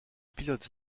pilotes